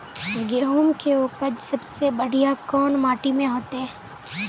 गेहूम के उपज सबसे बढ़िया कौन माटी में होते?